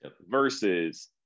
versus